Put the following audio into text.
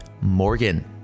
Morgan